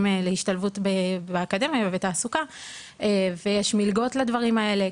להשתלבות באקדמיה ובתעסוקה ויש מלגות לדברים האלה,